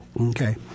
Okay